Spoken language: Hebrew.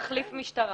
תחליף משטרה.